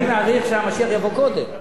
אני מעריך שהמשיח יבוא קודם,